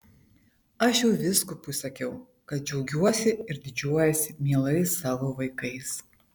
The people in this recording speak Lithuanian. aš jau vyskupui sakiau kad džiaugiuosi ir didžiuojuosi mielais savo vaikais